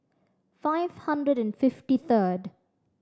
five hundred and fifty third